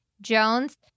Jones